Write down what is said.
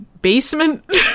basement